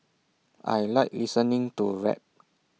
I Like listening to rap